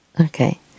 Okay